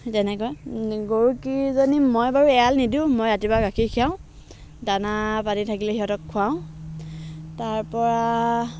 সেই তেনেকুৱা গৰুকেইজনী মই বাৰু এৰাল নিদিওঁ মই ৰাতিপুৱা গাখীৰ খীৰাওঁ দানা পাতি থাকিলে সিহঁতক খুৱাওঁ তাৰ পৰা